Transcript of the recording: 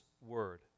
word